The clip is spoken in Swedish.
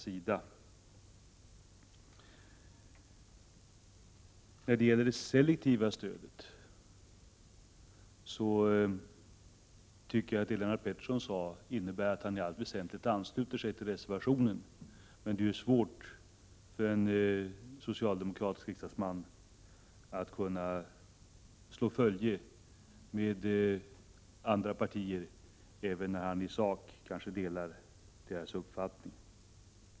Beträffande det selektiva stödet vill jag bara säga att det som Lennart Pettersson sade innebär, såvitt jag förstår, att han i allt väsentligt ansluter sig till reservationen. Men det är naturligtvis svårt för Lennart Pettersson i egenskap av socialdemokratisk riksdagsman att slå följe med representanter för andra partier, även om han i sak delar deras uppfattning.